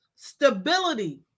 stability